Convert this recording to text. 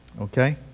Okay